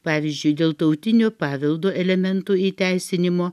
pavyzdžiui dėl tautinio paveldo elementų įteisinimo